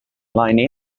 line